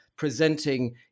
presenting